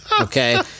Okay